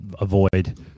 avoid